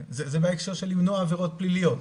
כן, זה בהקשר של למנוע עבירות פליליות.